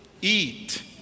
eat